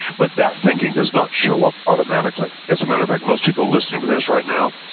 but that thinking does not show up automatically, as a matter of fact most people listening to this right now,